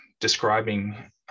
describing